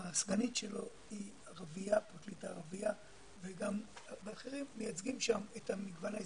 הסגנית שלו היא פרקליטה ערביה ויש שם אחרים שמייצגים את המגוון הישראלי.